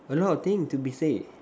a lot of thing to be said